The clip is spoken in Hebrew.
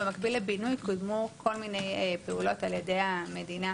במקביל לבינוי קודמו כל מיני פעולות על ידי המדינה